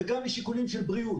וגם משיקולים של בריאות.